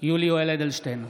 יולי יואל אדלשטיין,